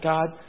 God